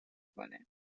کنه